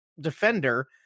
defender